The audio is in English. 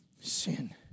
Sin